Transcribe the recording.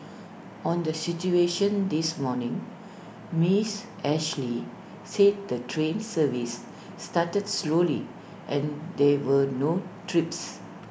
on the situation this morning miss Ashley said the train service started slowly and there were no trips